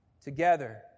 together